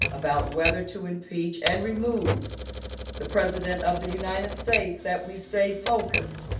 about whether to impeach and remove the president of the united states that we stay focused.